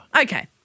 Okay